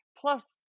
plus